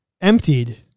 emptied